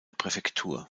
präfektur